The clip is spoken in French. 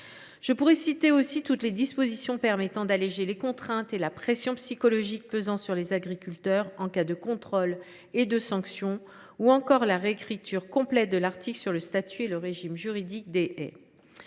Je pourrais aussi citer toutes les dispositions permettant d’alléger les contraintes et la pression psychologique pesant sur les agriculteurs en cas de contrôle et de sanction, ou encore la réécriture complète de l’article sur le statut et le régime juridique des haies.